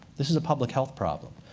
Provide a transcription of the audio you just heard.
this is a public health problem.